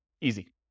Easy